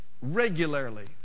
regularly